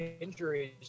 injuries